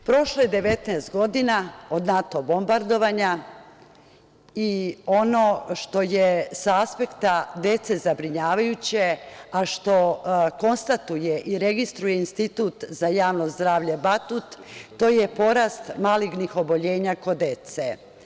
Prošlo je 19 godina od NATO bombardovanja i ono što je sa aspekta dece zabrinjavajuće, a što konstatuje i registruje Institut za javno zdravlje „Batut“, to je porast malignih oboljenja kod dece.